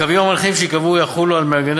הקווים המנחים שייקבעו יחולו על מארגני